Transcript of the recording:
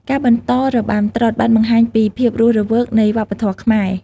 ការបន្តរបាំត្រុដិបានបង្ហាញពីភាពរស់រវើកនៃវប្បធម៌ខ្មែរ។